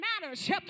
matters